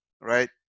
right